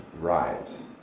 Rise